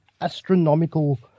astronomical